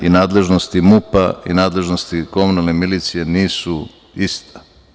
I nadležnosti MUP i nadležnosti Komunalne milicije nisu ista.